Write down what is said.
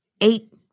eight